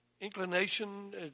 inclination